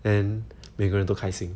then 每个人都开心